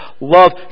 love